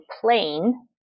plain